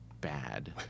bad